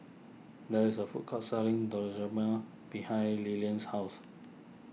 there is a food court selling behind Lilian's house